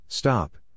Stop